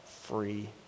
free